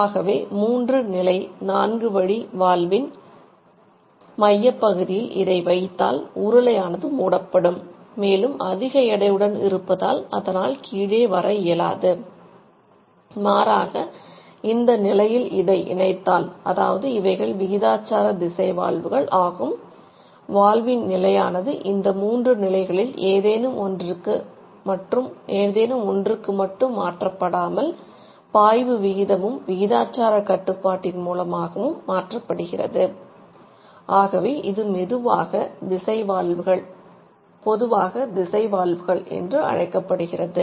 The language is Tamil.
ஆகவே 3 நிலை நான்கு வழி வால்வின் என்று அழைக்கப்படுகிறது